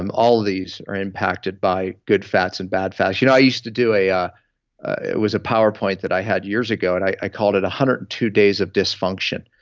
um all these are impacted by good fats and bad fats. you know i used to do a. ah it was a powerpoint that i had years ago. and i i called it one hundred and two days of dysfunction.